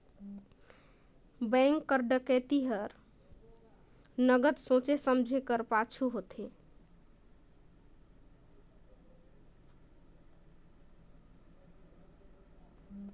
bank कर डकइती हर अब्बड़ सोंचे समुझे कर पाछू होथे